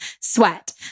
sweat